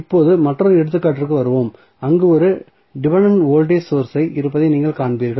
இப்போது மற்றொரு எடுத்துக்காட்டுக்கு வருவோம் அங்கு ஒரு டிபென்டென்ட் வோல்டேஜ் சோர்ஸ்கள் இருப்பதை நீங்கள் காண்பீர்கள்